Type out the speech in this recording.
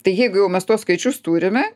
tai jeigu jau mes tuos skaičius turime